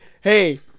hey